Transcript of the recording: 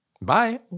Bye